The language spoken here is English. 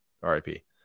RIP